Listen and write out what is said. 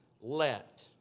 Let